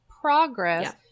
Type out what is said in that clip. progress